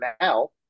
now